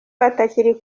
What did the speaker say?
batakiri